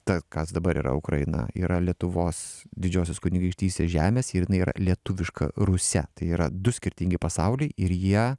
ta kas dabar yra ukraina yra lietuvos didžiosios kunigaikštystės žemės ir jinai yra lietuviška rusia tai yra du skirtingi pasauliai ir jie